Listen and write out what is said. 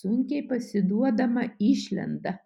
sunkiai pasiduodama išlenda